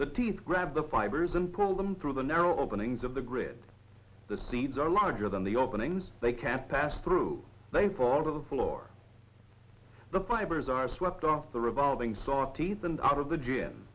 the teeth grab the fibers and pull them through the narrow openings of the grid the seeds are larger than the openings they can't pass through they fall to the floor the fibers are swept off the revolving saw teeth and out of the g